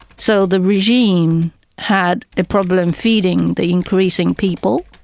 so the regime had a problem feeding the increasing people,